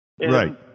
right